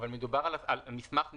אבל מדובר על המסמך נפרד,